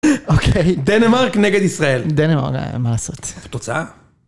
אוקיי. דנמרק נגד ישראל. דנמרק, מה לעשות? תוצאה?